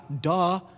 duh